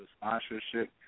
sponsorship